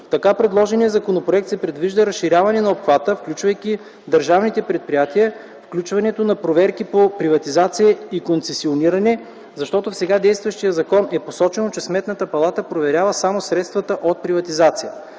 така предложения законопроект се предвижда разширяване на обхвата, включвайки държавните предприятия, включването на проверки по приватизация и концесиониране, защото в сега действащия закон е посочено, че Сметната палата проверява само средствата от приватизация.